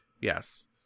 Yes